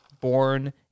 Born